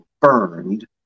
burned